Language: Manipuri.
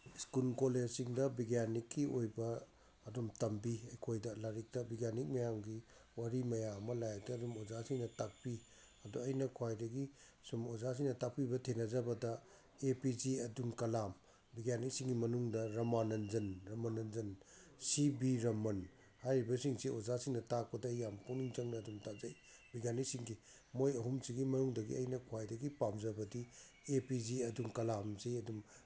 ꯁ꯭ꯀꯨꯜ ꯀꯣꯂꯦꯖꯁꯤꯡꯗ ꯕꯤꯒ꯭ꯌꯥꯅꯤꯛꯀꯤ ꯑꯣꯏꯕ ꯑꯗꯨꯝ ꯇꯝꯕꯤ ꯑꯩꯈꯣꯏꯗ ꯂꯥꯏꯔꯤꯛꯇ ꯕꯤꯒ꯭ꯌꯥꯅꯤꯛ ꯃꯌꯥꯝꯒꯤ ꯋꯥꯔꯤ ꯃꯌꯥꯝ ꯑꯃ ꯂꯥꯏꯔꯤꯛꯇ ꯑꯗꯨꯝ ꯑꯣꯖꯥꯁꯤꯡꯅ ꯇꯥꯛꯄꯤ ꯑꯗꯣ ꯑꯩꯅ ꯈ꯭ꯋꯥꯏꯗꯒꯤ ꯁꯨꯝ ꯑꯣꯖꯥꯁꯤꯡꯅ ꯇꯥꯛꯄꯤꯕ ꯊꯦꯡꯅꯖꯕꯗ A P J Abdul Kalam ꯕꯤꯒ꯭ꯌꯥꯅꯤꯛꯁꯤꯡꯒꯤ ꯃꯅꯨꯡꯗ ꯔꯃꯥꯅꯟꯖꯟ ꯔꯃꯥꯅꯟꯖꯟ ꯁꯤ ꯚꯤ ꯔꯝꯃꯟ ꯍꯥꯏꯔꯤꯕꯁꯤꯡꯁꯤ ꯑꯣꯖꯥꯁꯤꯡꯅ ꯇꯥꯛꯄꯗ ꯑꯩ ꯌꯥꯝ ꯄꯨꯛꯅꯤꯡ ꯆꯪꯅ ꯑꯗꯨꯝ ꯇꯥꯖꯩ ꯕꯤꯒ꯭ꯌꯥꯅꯤꯛꯁꯤꯡꯒꯤ ꯃꯣꯏ ꯑꯍꯨꯝꯁꯤꯒꯤ ꯃꯅꯨꯡꯗꯒꯤ ꯑꯩꯅ ꯈ꯭ꯋꯥꯏꯗꯒꯤ ꯄꯥꯝꯖꯕꯗꯤ ꯑꯦ ꯄꯤ ꯖꯦ ꯑꯕꯗꯨꯜ ꯀꯂꯥꯝꯁꯤ ꯑꯗꯨꯝ